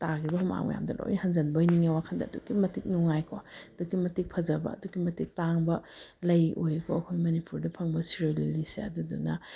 ꯇꯥꯈꯤꯕ ꯍꯨꯃꯥꯡ ꯃꯌꯥꯝꯗꯣ ꯂꯣꯏ ꯍꯟꯖꯤꯟꯕꯣꯏ ꯅꯤꯡꯉꯦ ꯋꯥꯈꯟꯗ ꯑꯗꯨꯛꯀꯤ ꯃꯇꯤꯛ ꯅꯨꯡꯉꯥꯏꯀꯣ ꯑꯗꯨꯛꯀꯤ ꯃꯇꯤꯛ ꯐꯖꯕ ꯑꯗꯨꯛꯀꯤ ꯃꯇꯤꯛ ꯇꯥꯡꯕ ꯂꯩ ꯑꯣꯏꯀꯣ ꯑꯩꯈꯣꯏ ꯃꯅꯤꯄꯨꯔꯗ ꯐꯪꯕ ꯁꯤꯔꯣꯏ ꯂꯤꯂꯤꯁꯦ ꯑꯗꯨꯗꯨꯅ